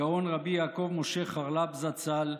הגאון רבי יעקב משה חרל"פ זצ"ל.